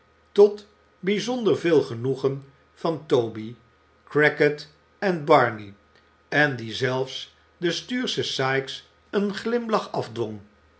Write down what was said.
tot bijzonder veel genoegen van toby crackit en barney en die zelfs den stuurschen sikes een glimlach afdwong